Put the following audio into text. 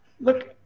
Look